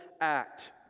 act